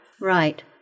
Right